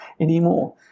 anymore